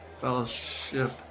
fellowship